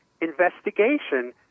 investigation